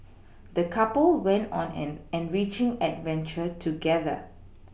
the couple went on an enriching adventure together